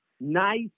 nice